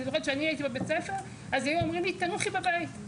אני זוכרת שאני הייתי בבית הספר אז היו אומרים לי תנוחי בבית,